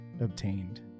obtained